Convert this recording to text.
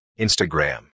Instagram